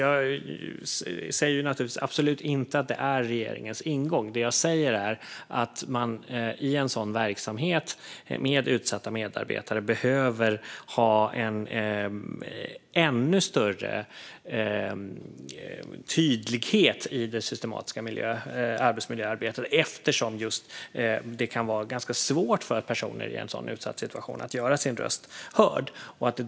Jag säger absolut inte att detta är regeringens ingång; det jag säger är att man i en verksamhet med utsatta medarbetare behöver ha en ännu större tydlighet i det systematiska arbetsmiljöarbetet, eftersom det kan vara ganska svårt för personer i en sådan utsatt situation att göra sin röst hörd.